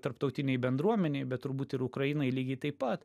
tarptautinei bendruomenei bet turbūt ir ukrainai lygiai taip pat